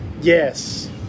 Yes